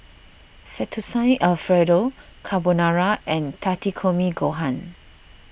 Fettuccine Alfredo Carbonara and Takikomi Gohan